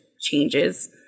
changes